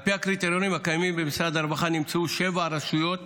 על פי הקריטריונים הקיימים במשרד הרווחה נמצאו שבע רשויות